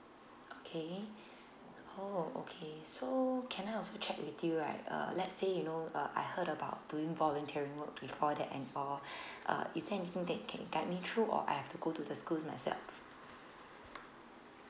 okay oh okay so can I also check with you right uh let's say you know uh I heard about doing volunteering work before that and or uh is there anything that you can guide me through or I have to go to the school myself